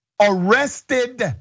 arrested